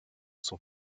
sont